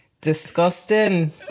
disgusting